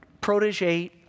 protege